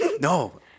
No